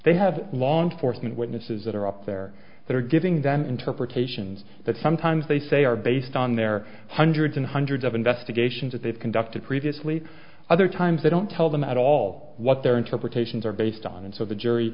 they have law enforcement witnesses that are up there that are giving them interpretations that sometimes they say are based on their hundreds and hundreds of investigations that they've conducted previously other times they don't tell them at all what their interpretations are based on and so the jury